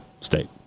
State